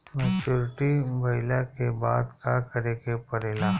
Maturity भईला के बाद का करे के पड़ेला?